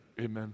amen